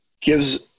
gives